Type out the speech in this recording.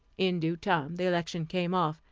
in due time the election came off,